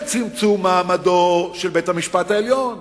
של צמצום מעמדו של בית-המשפט העליון,